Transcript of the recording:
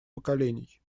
поколений